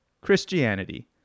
Christianity